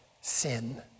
Sin